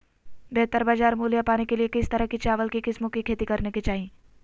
बेहतर बाजार मूल्य पाने के लिए किस तरह की चावल की किस्मों की खेती करे के चाहि?